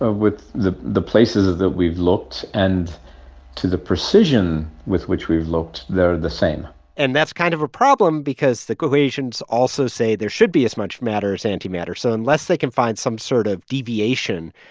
ah with the the places that we've looked and to the precision with which we've looked, they're the same and that's kind of a problem because the equations also say there should be as much matter as antimatter. so unless they can find some sort of deviation,